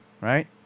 right